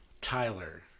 tyler